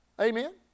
Amen